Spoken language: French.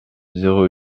zéro